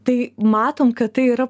tai matom kad tai yra